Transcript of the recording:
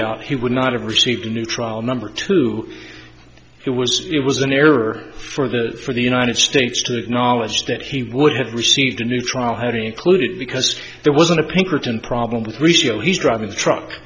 out he would not have received a new trial number two it was it was an error for the for the united states to acknowledge that he would have received a new trial harry included because there wasn't a pinkerton problem with resale he's driving the truck